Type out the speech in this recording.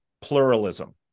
pluralism